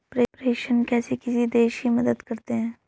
प्रेषण कैसे किसी देश की मदद करते हैं?